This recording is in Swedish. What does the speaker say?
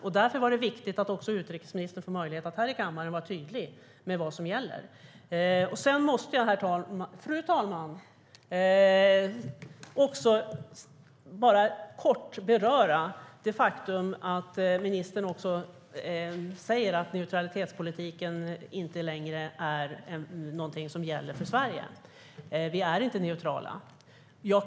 Det är viktigt att utrikesministern får möjlighet att i kammaren vara tydlig med vad som gäller. Sedan måste jag, fru talman, kort beröra det faktum att ministern säger att neutralitetspolitiken inte längre gäller för Sverige. Vi är inte neutrala.